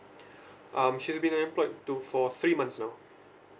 um she's been unemployed to for three months now